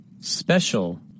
Special